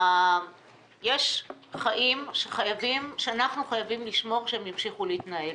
יש חיים שאנחנו חייבים לשמור שהם ימשיכו להתנהל.